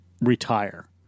retire